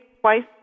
twice